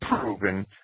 proven